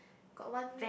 got one